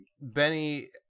Benny